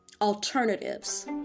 alternatives